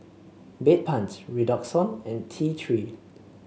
Bedpans Redoxon and T Three